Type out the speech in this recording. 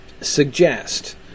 suggest